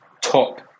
Top